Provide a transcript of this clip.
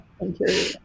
interior